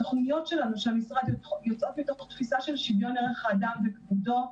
התוכניות של המשרד שלנו יוצאות מתוך תפיסה של שוויון ערך האדם וכבודו.